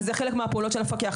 וזה חלק מהפעולות של המפקח.